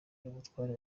n’umutware